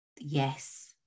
yes